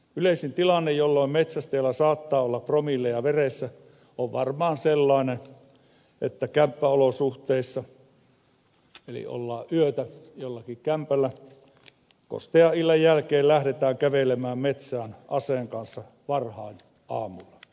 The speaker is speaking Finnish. yleisin tilanne jolloin metsästäjällä saattaa olla promilleja veressä on varmaan sellainen että kämppäolosuhteissa kun ollaan yötä jollakin kämpällä kostean illan jälkeen lähdetään kävelemään metsään aseen kanssa varhain aamulla